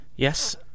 Yes